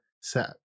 set